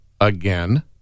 Again